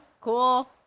cool